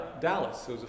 Dallas